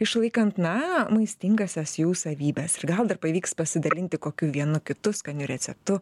išlaikant na maistingąsias jų savybes ir gal dar pavyks pasidalinti kokiu vienu kitu skaniu receptu